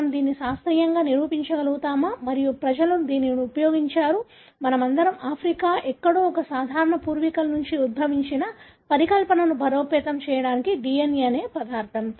మేము దీనిని శాస్త్రీయంగా నిరూపించగలమా మరియు ప్రజలు దీనిని ఉపయోగించారు మనమందరం ఆఫ్రికాలో ఎక్కడో ఒక సాధారణ పూర్వీకుల నుండి ఉద్భవించిన పరికల్పనను బలోపేతం చేయడానికి DNA నే పదార్థం